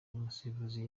umusifuzi